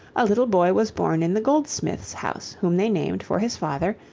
a little boy was born in the goldsmith's house whom they named, for his father,